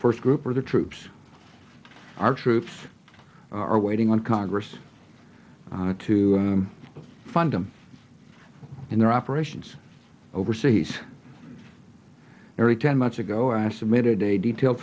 first group or the troops our troops are waiting on congress to fund them in their operations overseas every ten months ago i submitted a detail